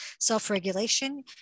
self-regulation